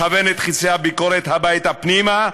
לכוון את חצי הביקורת הביתה פנימה,